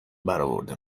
براورده